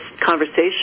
conversation